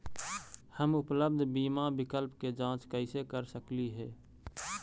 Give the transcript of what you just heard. हम उपलब्ध बीमा विकल्प के जांच कैसे कर सकली हे?